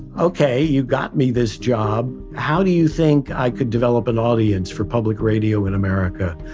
okay, you got me this job, how do you think i could develop an audience for public radio in america?